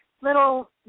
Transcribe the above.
little